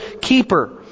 keeper